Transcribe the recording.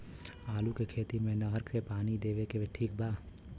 आलू के खेती मे नहर से पानी देवे मे ठीक बा?